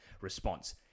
response